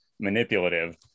manipulative